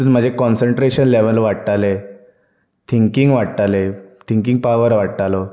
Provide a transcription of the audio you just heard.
तितूंत म्हजें concentration level वाडटालें थिंकींग लेवल वाडटालें थिंकीग पावर वाडटालो